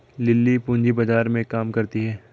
lily पूंजी बाजार में काम करती है